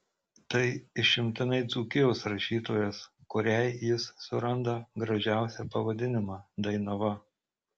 tai išimtinai dzūkijos rašytojas kuriai jis suranda gražiausią pavadinimą dainava